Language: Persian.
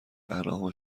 انعام